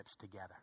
together